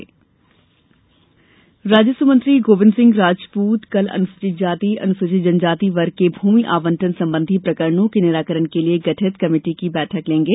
बैठक राजस्व मंत्री गोविन्द सिंह राजपूत कल अनुसूचित जाति और अनुसूचित जनजाति वर्ग के भूमि आवंटन संबंधी प्रकरणों के निराकरण के लिये गठित कमेटी की बैठक लेंगे